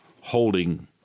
holding